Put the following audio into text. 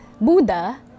Buddha